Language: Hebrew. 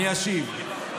אני אשיב.